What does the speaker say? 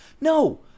No